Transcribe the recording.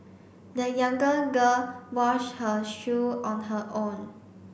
the younger girl washed her shoe on her own